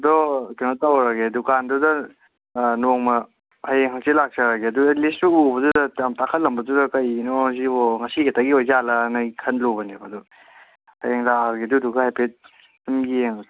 ꯑꯗꯣ ꯀꯩꯅꯣ ꯇꯧꯔꯒꯦ ꯗꯨꯀꯥꯟꯗꯨꯗ ꯅꯣꯡꯃ ꯍꯌꯦꯡ ꯍꯥꯡꯆꯤꯠ ꯂꯥꯛꯆꯔꯒꯦ ꯑꯗꯨꯒ ꯂꯤꯁ ꯎꯕꯗꯨꯗ ꯌꯥꯝ ꯇꯥꯡꯈꯠꯂꯝꯕꯗꯨꯗ ꯀꯩꯒꯤꯅꯣ ꯁꯤꯕꯣ ꯉꯁꯤ ꯈꯛꯇꯒꯤ ꯑꯣꯏꯖꯥꯠꯂꯅ ꯑꯩ ꯈꯜꯂꯨꯕꯅꯦꯕ ꯑꯗꯨ ꯍꯌꯦꯡ ꯂꯥꯛꯑꯒꯦ ꯑꯗꯨꯏꯗꯨꯒ ꯍꯥꯏꯐꯦꯠ ꯁꯨꯝ ꯌꯦꯡꯉꯒꯦ